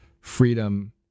freedom